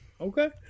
Okay